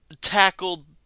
tackled